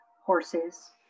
horses